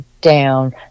down